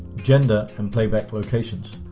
gender, and playback locations.